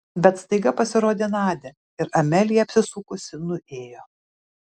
bet staiga pasirodė nadia ir amelija apsisukusi nuėjo